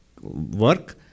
work